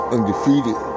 Undefeated